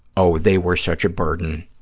oh, they were such a burden,